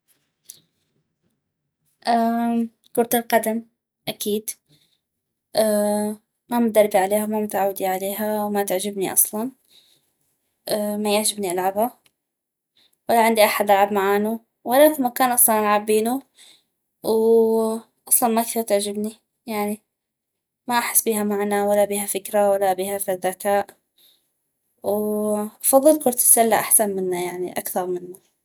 كرة القدم اكيد ما مدربي عليها وما متعودي عليها وما تعجبني اصلا ما يعجبني العبها ولا عندي احد العب معانو ولا اكو مكان اصلا العب بينو واصلا ما كثيغ تعجبني ما احس بيخا معنى ولا بيها فكرة ولابيها فد ذكاء وأفضل كرة السلة احسن منا أكثغ منا